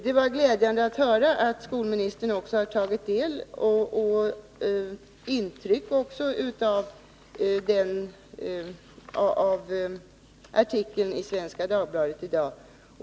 Det var glädjande att höra att skolministern också har tagit del av och intryck av artikeln i Svenska Dagbladet i dag.